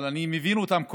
אבל אני מבין אותם,